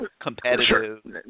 competitive